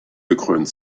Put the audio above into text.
gekrönt